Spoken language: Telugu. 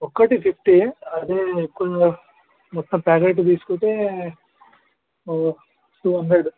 ఒకటి ఫిఫ్టీ అదే ఎక్కువ మొత్తం ప్యాకెట్టు తీసుకుంటే టు హాండ్రెడు